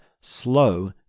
slow